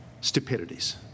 stupidities